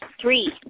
Three